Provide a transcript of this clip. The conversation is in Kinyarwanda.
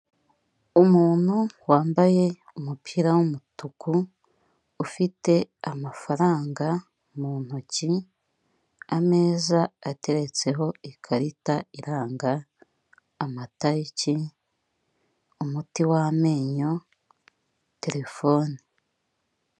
Umuntu wambaye umupira w'umutuku ufite amafaranga mu ntoki, ameza ateretseho ikarita iranga amatariki, umuti w'amenyo, terefone.